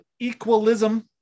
equalism